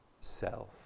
self